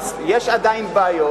יש עדיין בעיות.